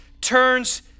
turns